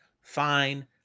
fine